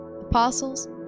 apostles